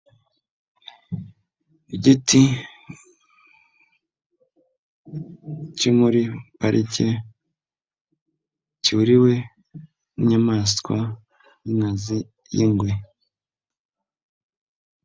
Igiti cyo muri parike cyuriwe n'inyamaswa y'inkazi y'ingwe.